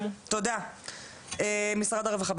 משרד הרווחה,